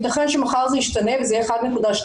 ייתכן שמחר זה ישתנה וזה יהיה 1.2,